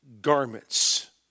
garments